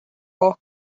hoc